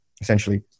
essentially